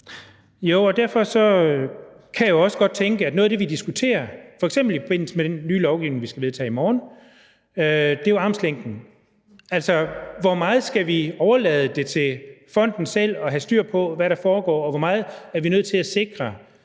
derfor tænker jeg også, at noget af det, vi skal diskutere, f.eks. i forbindelse med den nye lovgivning, vi skal vedtage i morgen, er armslængden. Altså, hvor meget skal vi overlade det til fonden selv at have styr på, hvad der foregår, og hvor meget er vi nødt til at sikre